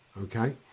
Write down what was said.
okay